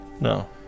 no